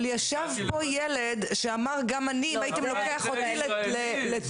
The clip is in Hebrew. אבל ישב פה ילד שאמר: "אם היית לוקח אותי לתשאול,